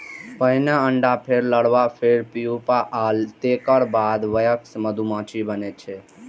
पहिने अंडा, फेर लार्वा, फेर प्यूपा आ तेकर बाद वयस्क मधुमाछी बनै छै